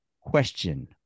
Question